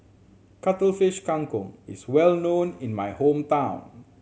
Cuttlefish Kang Kong is well known in my hometown